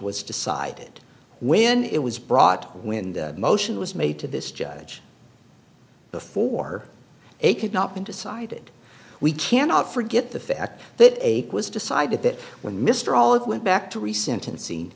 was decided when it was brought when and motion was made to this judge before it could not been decided we cannot forget the fact that a was decided that when mr all it went back to recent